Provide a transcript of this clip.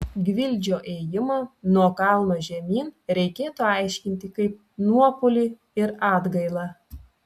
gvildžio ėjimą nuo kalno žemyn reikėtų aiškinti kaip nuopuolį ir atgailą